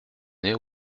nez